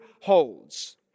holds